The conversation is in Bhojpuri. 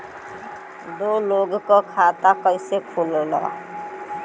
दो लोगक खाता कइसे खुल्ला?